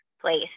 place